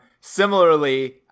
Similarly